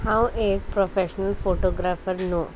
हांव एक professional photographer न्हू